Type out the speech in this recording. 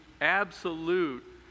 absolute